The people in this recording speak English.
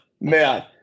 man